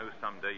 someday